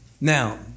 Now